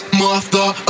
mother